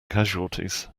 casualties